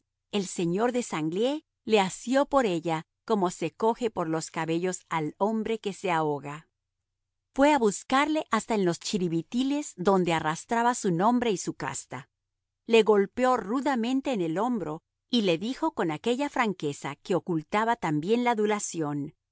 el señor de sanglié le asió por ella como se coge por los cabellos al hombre que se ahoga fue a buscarle hasta en los chiribitiles donde arrastraba su nombre y su casta le golpeó rudamente en el hombro y le dijo con aquella franqueza que oculta tan bien la adulación